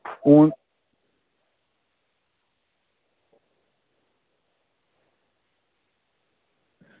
हून